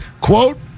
quote